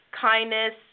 kindness